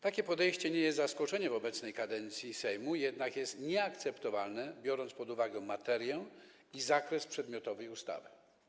Takie podejście nie jest zaskoczeniem w obecnej kadencji Sejmu, jednak jest nieakceptowalne z uwagi na materię i zakres przedmiotowej ustawy.